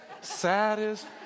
saddest